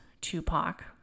Tupac